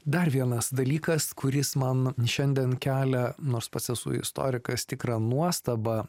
dar vienas dalykas kuris man šiandien kelia nors pats esu istorikas tikrą nuostabą